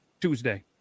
Tuesday